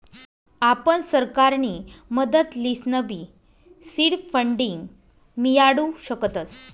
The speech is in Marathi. आपण सरकारनी मदत लिसनबी सीड फंडींग मियाडू शकतस